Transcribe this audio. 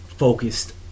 focused